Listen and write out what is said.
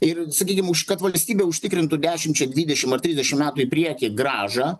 ir sakykim už kad valstybė užtikrintų dešimčia dvidešim ar trisdešim metų į priekį grąžą